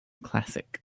classic